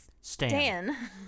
Stan